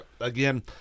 again